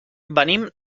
venim